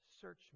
Search